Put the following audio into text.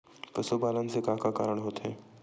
पशुपालन से का का कारण होथे?